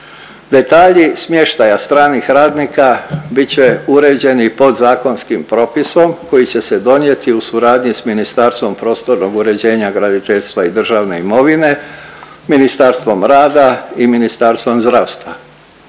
Detalji smještaja stranih radnika bit će uređen i podzakonskim propisom koji će se donijeti u suradnji s Ministarstvom prostornog uređenja, graditeljstva i državne imovine, Ministarstvom rada i Ministarstvom zdravstva.